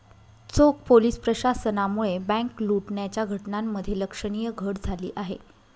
चोख पोलीस प्रशासनामुळे बँक लुटण्याच्या घटनांमध्ये लक्षणीय घट झाली आहे